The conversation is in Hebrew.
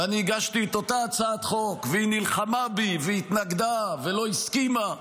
ואני הגשתי את אותה הצעת החוק והיא נלחמה בי והיא התנגדה ולא הסכימה.